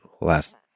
last